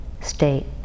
state